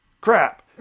Crap